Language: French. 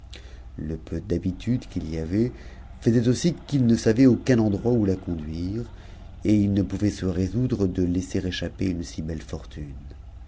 le peu d'habitude qu'il y avait faisait aussi qu'il ne savait auc endroit où la conduire et il ne pouvait se résoudre de laisser échapper un si belle fortune